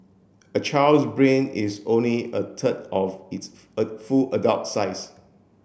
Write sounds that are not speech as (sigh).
a child's brain is only a third of its (hesitation) full adult size